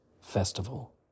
festival